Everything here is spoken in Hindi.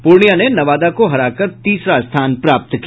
पूर्णियां ने नवादा को हरा कर तीसरा स्थान प्राप्त किया